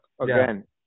Again